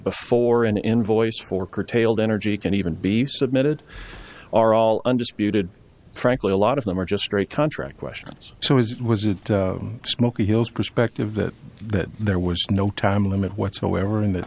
before an invoice for curtailed energy can even be submitted are all undisputed frankly a lot of them are just straight contract questions so it was a smoky hills prospective that that there was no time limit whatsoever in th